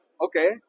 okay